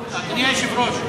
היושב-ראש,